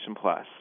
Plus